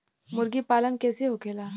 मुर्गी पालन कैसे होखेला?